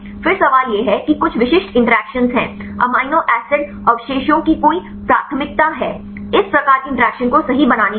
फिर सवाल यह है कि कुछ विशिष्ट इंटरैक्शन हैं अमीनो एसिड अवशेषों की कोई प्राथमिकता है इस प्रकार की इंटरैक्शन को सही बनाने के लिए